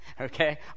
okay